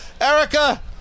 Erica